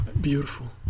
beautiful